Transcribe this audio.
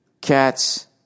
cats